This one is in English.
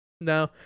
No